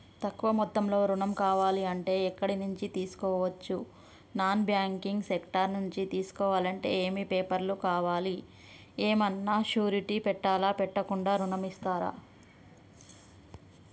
తక్కువ మొత్తంలో ఋణం కావాలి అంటే ఎక్కడి నుంచి తీసుకోవచ్చు? నాన్ బ్యాంకింగ్ సెక్టార్ నుంచి తీసుకోవాలంటే ఏమి పేపర్ లు కావాలి? ఏమన్నా షూరిటీ పెట్టాలా? పెట్టకుండా ఋణం ఇస్తరా?